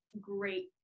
great